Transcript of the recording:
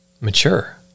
mature